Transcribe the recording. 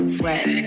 sweat